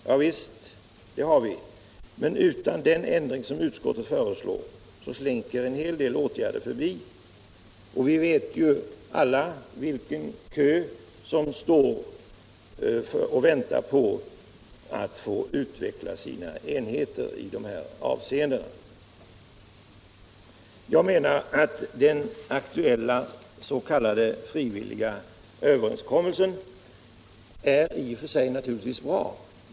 Ja visst, det har vi, men utan den ändring som utskottet föreslår slinker en hel del åtgärder förbi. Vi vet alla vilken kö det är av industrier som väntar på att få utveckla sina enheter i dessa avseenden. Den aktuella s.k. frivilliga överenskommelsen är naturligtvis i och för sig bra.